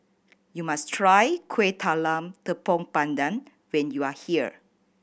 you must try Kuih Talam Tepong Pandan when you are here